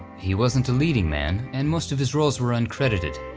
he wasn't a leading man, and most of his roles were uncredited,